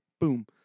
Boom